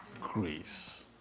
grace